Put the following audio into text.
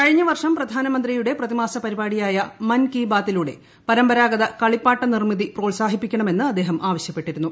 കഴിഞ്ഞ പ്ര്ർഷം പ്രധാനമന്ത്രിയുടെ പ്രതിമാസ പരിപാടിയായ മൻ കി ബാ്ത്തിലൂടെ പരമ്പരാഗത കളിപ്പാട്ട നിർമിതി പ്രോത്സാഹിപ്പിക്കണമെന്റ് ക്രിഅദ്ദേഹം ആവശ്യപ്പെട്ടിരുന്നു